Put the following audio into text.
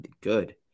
good